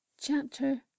Chapter